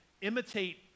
imitate